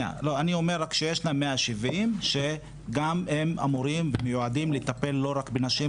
אני רק אומר שיש 170 שגם הם מיועדים לטפל לא רק בנשים,